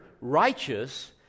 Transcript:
righteous